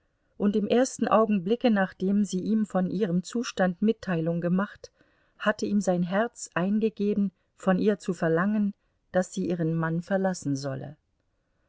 und im ersten augenblicke nachdem sie ihm von ihrem zustand mitteilung gemacht hatte ihm sein herz eingegeben von ihr zu verlangen daß sie ihren mann verlassen solle